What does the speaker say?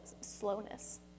slowness